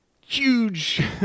huge